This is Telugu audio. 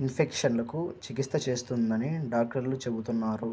ఇన్ఫెక్షన్లకు చికిత్స చేస్తుందని డాక్టర్లు చెబుతున్నారు